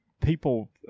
people